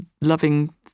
loving